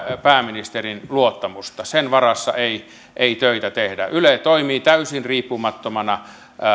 pääministerin luottamusta sen varassa ei ei töitä tehdä yle toimii täysin riippumattomana